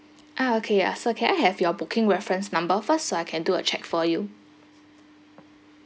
ah okay ah sir can I have your booking reference number first so I can do a check for you